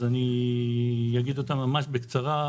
אז אני אגיד אותם ממש בקצרה.